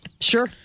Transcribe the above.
Sure